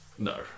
No